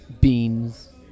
beans